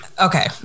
okay